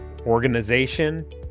organization